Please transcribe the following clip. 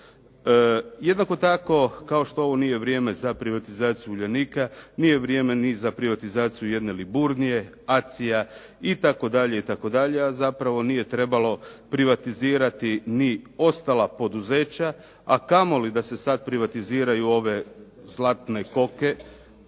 Jednako tako kao što ovo nije vrijeme za privatizaciju "Uljanika" nije vrijeme ni za privatizaciju jedne "Liburnije", "ACI"-ja itd. a zapravo nije trebalo privatizirati ni ostala poduzeća, a kamoli da se sada privatiziraju ove zlatne koke,